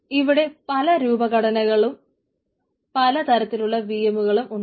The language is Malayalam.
ഇവിടെ പല രൂപഘടനകളും പല തരത്തിലുള്ള VM കളും ആയിരിക്കും ഉണ്ടാകുക